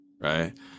right